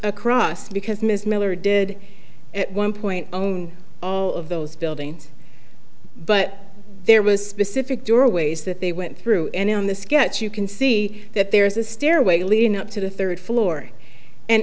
across because ms miller did at one point on all of those buildings but there was specific doorways that they went through and on the sketch you can see that there is a stairway leading up to the third floor and